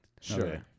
Sure